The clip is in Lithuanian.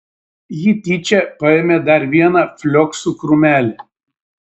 ji tyčia paėmė dar vieną flioksų krūmelį